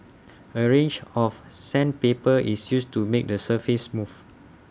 A range of sandpaper is used to make the surface smooth